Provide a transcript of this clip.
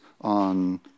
on